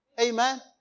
Amen